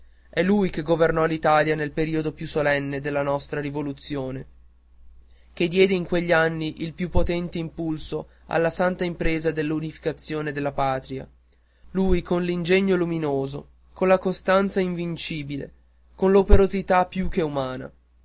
è lui che governò l'italia nel periodo più solenne della nostra rivoluzione che diede in quegli anni il più potente impulso alla santa impresa dell'unificazione della patria lui con l'ingegno luminoso con la costanza invincibile con l'operosità più che umana